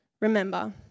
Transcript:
remember